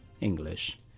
English